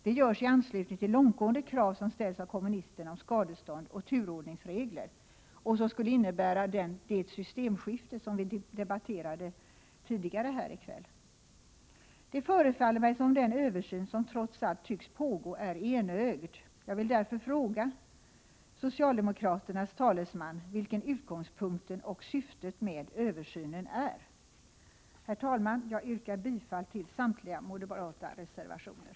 Detta görs i anslutning till långtgående krav som ställs av kommunisterna om skadestånd och turordningsregler, som skulle innebära det systemskifte som vi debatterade tidigare här i kväll. Det förefaller mig som om den översyn som trots allt tycks pågå är enögd. Jag vill därför fråga utskottets talesman vad som är utgångspunkten för och syftet med översynen. Herr talman! Jag yrkar bifall till samtliga moderata reservationer.